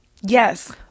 Yes